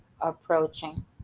Approaching